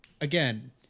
Again